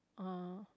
uh